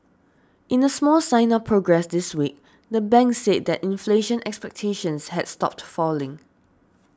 in a small sign of progress this week the bank said that inflation expectations had stopped falling